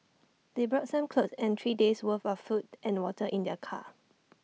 they brought some clothes and three days' worth of food and water in their car